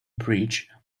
bridge